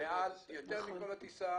-- למשך יותר זמן מכל משך הטיסה